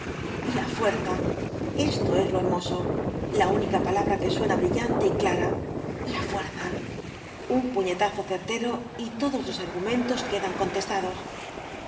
la fuerza esto es lo hermoso la única palabra que suena brillante y clara la fuerza un puñetazo certero y todos los argumentos quedan contestados